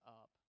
up